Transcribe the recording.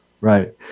Right